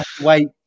wait